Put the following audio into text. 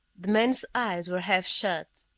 the man's eyes were half-shut.